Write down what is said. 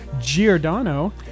giordano